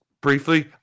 briefly